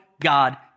God